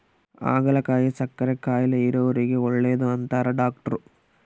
ಹಾಗಲಕಾಯಿ ಸಕ್ಕರೆ ಕಾಯಿಲೆ ಇರೊರಿಗೆ ಒಳ್ಳೆದು ಅಂತಾರ ಡಾಟ್ರು